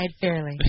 fairly